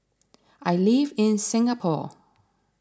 I live in Singapore